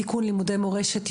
תיקון לימודי מורשת,